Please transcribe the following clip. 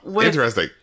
interesting